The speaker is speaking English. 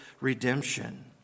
redemption